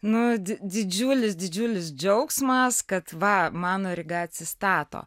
nu didžiulis didžiulis džiaugsmas kad va mano rega atsistato